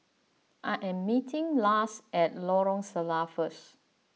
I am meeting Lars at Lorong Salleh first